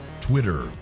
Twitter